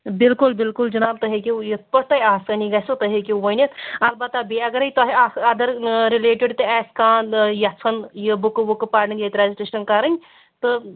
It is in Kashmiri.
بلکُل بلکُل جِناب تۄہہِ ہیٚکِو یِتھٕ پٲٹھۍ تۄہہِ آسٲنی گَژھوٕ تُہۍ ہیٚکِو ؤنِتھ البتہ بیٚیہِ اگرے تۄہہِ اَتھ اَدر رِلیٹڈ تہِ آسہِ کانٛہہ یَژھُن یہِ بُکہٕ وُکہٕ پرنۍ ییٚتہِ رجشٹریشن کَرٕنۍ تہٕ